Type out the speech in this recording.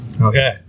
Okay